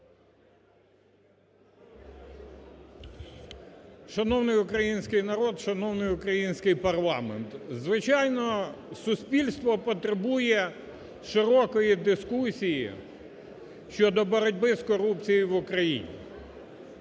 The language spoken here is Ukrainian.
Шановний український народ! Шановний український парламент! Звичайно, суспільство потребує широкої дискусії щодо боротьби з корупцією в Україні.